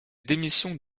démission